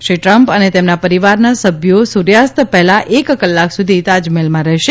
Shri Trump અને તેમના પરીવારના સભ્યો સુર્યાસ્ત પહેલાં એક કલાક સુધી તાજમહેલમાં રહેશે